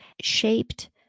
shaped